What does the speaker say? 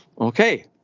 Okay